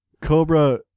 Cobra